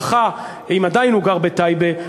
אם עדיין הוא גר בטייבה,